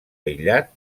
aïllat